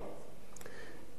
בין שתי צורות,